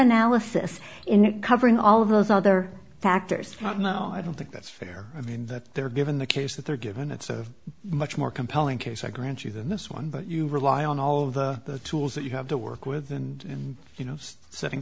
analysis in covering all of those other factors no i don't think that's fair i mean that they're given the case that they're given it's a much more compelling case i grant you than this one but you rely on all of the tools that you have to work with and you know setting